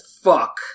fuck